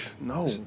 No